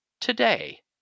today